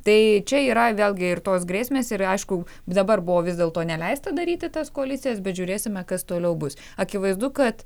tai čia yra vėlgi ir tos grėsmės ir aišku dabar buvo vis dėlto neleista daryti tas koalicijas bet žiūrėsime kas toliau bus akivaizdu kad